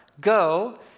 go